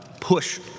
push